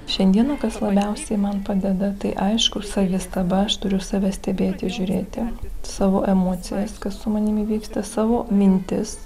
šiandieną kas labiausiai man padeda tai aišku savistaba aš turiu save stebėti žiūrėti savo emocijas kas su manimi vyksta savo mintis